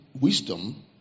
wisdom